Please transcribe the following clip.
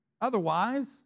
Otherwise